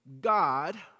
God